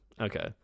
Okay